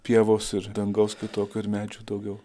pievos ir dangaus kitokio ir medžių daugiau